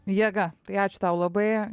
jėga tai ačiū tau labai